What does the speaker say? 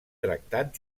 tractat